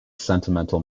sentimental